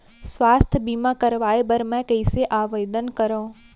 स्वास्थ्य बीमा करवाय बर मैं कइसे आवेदन करव?